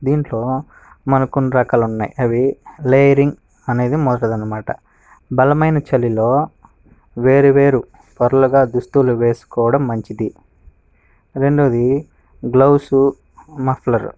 దీంట్లో మనకు కొన్ని రకాలు ఉన్నాయి అవి లేయరింగ్ అనేది మొదటిది అన్నమాట బలమైన చలిలో వేరువేరు పొరలుగా దుస్తువులు వేసుకోవడం మంచిది రెండోది గ్లౌజ్ మఫ్లర్